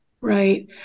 Right